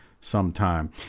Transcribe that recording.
Sometime